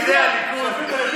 קדימה, שלמה.